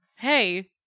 hey